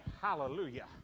hallelujah